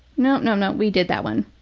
no, no, no, we did that one.